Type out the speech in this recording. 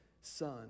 son